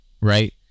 right